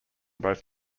both